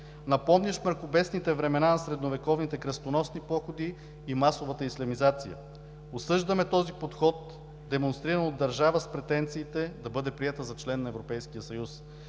напомнящ мракобесните времена на средновековните кръстоносни походи и масовата ислямизация. Осъждаме този подход, демонстриран от държава с претенции да бъде приета за член на Европейския съюз.